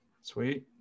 Sweet